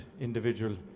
individual